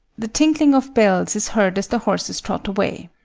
the tinkling of bells is heard as the horses trot away.